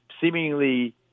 seemingly